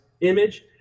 image